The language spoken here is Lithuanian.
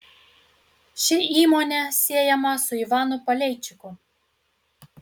ši įmonė siejama su ivanu paleičiku